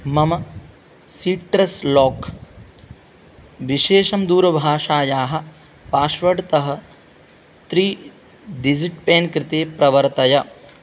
मम सिट्रस् लाक् विशेषं दूरभाषायाः पास्वर्ड् तः त्रि डिज़िट् पेन् कृते परिवर्तय